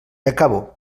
acabo